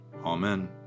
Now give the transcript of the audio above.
Amen